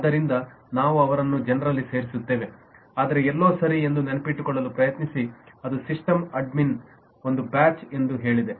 ಆದ್ದರಿಂದ ನಾವು ಅವರನ್ನು ಜನರಲ್ಲಿ ಸೇರಿಸುತ್ತೇವೆ ಆದರೆ ಎಲ್ಲೋ ಸರಿ ಎಂದು ನೆನಪಿಟ್ಟುಕೊಳ್ಳಲು ಪ್ರಯತ್ನಿಸಿ ಅದು ಸಿಸ್ಟಮ್ ಅಡ್ಮಿನ್ ಒಂದು ಬ್ಯಾಚ್ ಎಂದು ಹೇಳಿದೆ